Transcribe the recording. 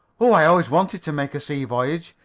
oh, i always wanted to make a sea voyage,